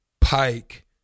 Pike